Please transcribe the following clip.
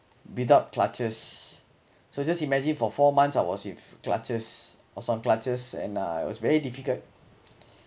without clutches so just imagine for four months I was with clutches or some clutches and uh it was very difficult